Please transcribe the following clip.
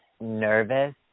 nervous